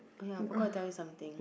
oh ya forgot to tell you something